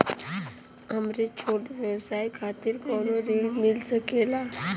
हमरे छोट व्यवसाय खातिर कौनो ऋण मिल सकेला?